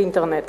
באינטרנט.